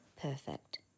Perfect